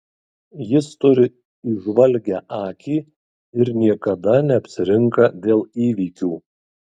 jis turi įžvalgią akį ir niekada neapsirinka dėl įvykių